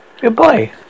Goodbye